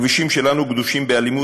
הכבישים שלנו גדושים באלימות,